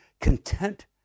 content